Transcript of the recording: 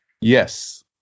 Yes